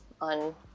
on